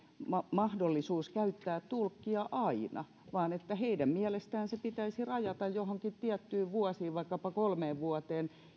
mahdollisuus käyttää tulkkia aina vaan että heidän mielestään se pitäisi rajata joihinkin tiettyihin vuosiin vaikkapa kolmeen vuoteen